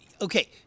okay